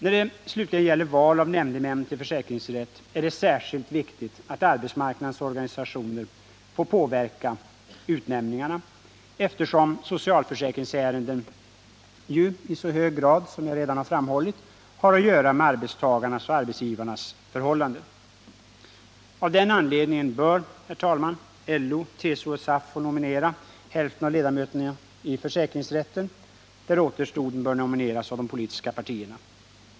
När det slutligen gäller val av nämndemän till försäkringsrätt är det särskilt viktigt att arbetsmarknadens organisationer får påverka utnämningarna, eftersom socialförsäkringsärenden ju i så hög grad, som jag redan framhållit, har att göra med arbetstagarnas och arbetsgivarnas förhållanden. Av den anledningen bör LO, TCO och SAF få nominera hälften av ledamöterna i försäkringsrätten, där återstoden bör nomineras av de politiska partierna.